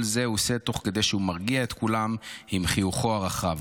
את כל זה הוא עושה תוך כדי שהוא מרגיע את כולם עם חיוכו הרחב.